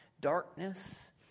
darkness